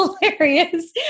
hilarious